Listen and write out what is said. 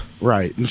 Right